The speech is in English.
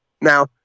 Now